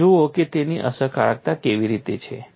અને જુઓ કે તેની અસરકારકતા કેવી રીતે છે